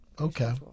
Okay